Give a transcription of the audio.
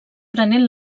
prenent